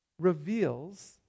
reveals